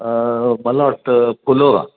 मला वाटतं फुलोरा